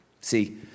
See